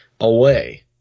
away